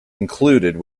included